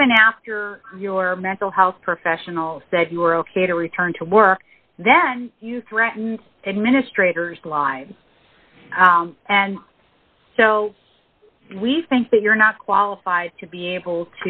even after your mental health professional said you're ok to return to work then you threaten administrators blind and so we think that you're not qualified to be able